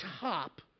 top